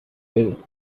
بریم